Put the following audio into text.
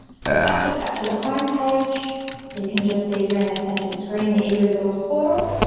so back, just back to the home page you can just see here in the center of the screen the eresource portal